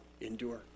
endure